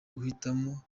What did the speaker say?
guhitamo